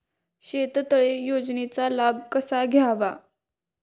शेततळे योजनेचा लाभ कसा घ्यावा?